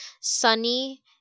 Sunny